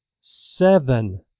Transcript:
seven